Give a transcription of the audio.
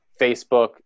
Facebook